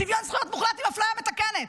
שוויון זכויות מוחלט עם אפליה מתקנת,